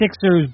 Sixers